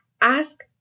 ask